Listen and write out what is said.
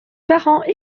parents